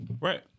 Right